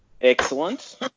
Excellent